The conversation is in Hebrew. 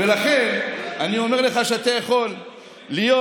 ולכן אני אומר לך שאתה יכול להיות